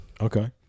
Okay